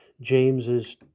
James's